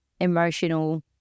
emotional